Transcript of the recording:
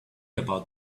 about